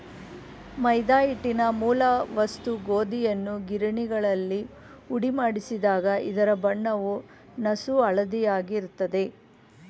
ಮೈದಾ ಹಿಟ್ಟಿನ ಮೂಲ ವಸ್ತು ಗೋಧಿಯನ್ನು ಗಿರಣಿಗಳಲ್ಲಿ ಹುಡಿಮಾಡಿಸಿದಾಗ ಇದರ ಬಣ್ಣವು ನಸುಹಳದಿಯಾಗಿ ಇರ್ತದೆ